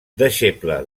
deixeble